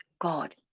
god